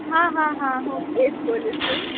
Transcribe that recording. હા હા હા હું એજ બોલું છું